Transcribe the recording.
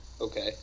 Okay